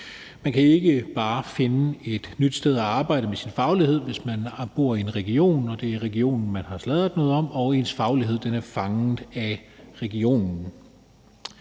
man kan ikke bare finde et nyt sted at arbejde med sin faglighed, hvis man bor i en region og det er regionen, man har sladret noget om, og ens faglighed er fanget af regionen.